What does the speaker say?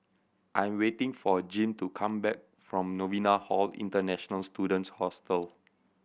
I am waiting for Jim to come back from Novena Hall International Students Hostel